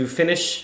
finish